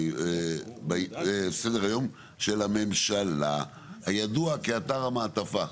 סדר היום של הממשלה הידוע כאתר המעטפה.